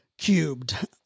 cubed